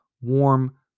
warm